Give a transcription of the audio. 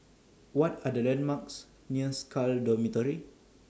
What Are The landmarks near Scal Dormitory